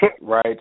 right